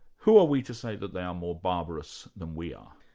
who are we to say that they are more barbarous than we are?